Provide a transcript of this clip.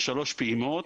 בשלוש פעימות.